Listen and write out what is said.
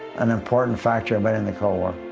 an important factor but in the cold war.